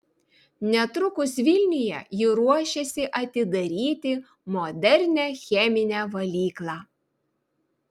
netrukus vilniuje ji ruošiasi atidaryti modernią cheminę valyklą